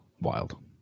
Wild